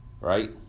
Right